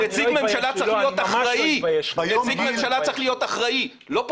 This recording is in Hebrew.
נציג ממשלה צריך להיות אחראי ולא פופוליסט.